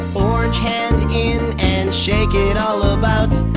orange hand in and shake it all about.